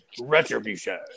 Retribution